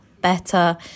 better